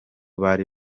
bari